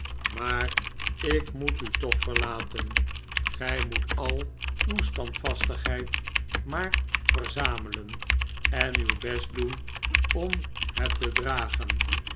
maar ik moet u toch verlaten gij moet al uw standvastigheid maar verzamelen en uw best doen om het te dragen